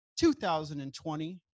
2020